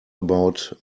about